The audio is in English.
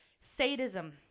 sadism